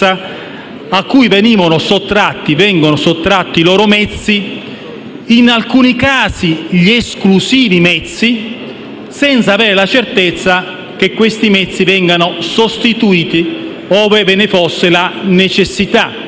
a cui vengono sottratti loro mezzi - in alcuni casi, gli esclusivi mezzi - senza avere la certezza che quegli stessi vengano sostituiti ove ve ne fosse la necessità.